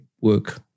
work